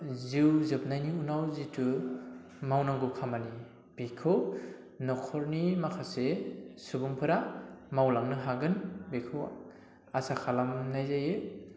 जिउ जोबनायनि उनाव जितु मावनांगौ खामानि बेखौ न'खरनि माखासे सुबुंफोरा मावलांनो हागोन बेखौ आसा खालामनाय जायो